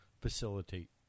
facilitate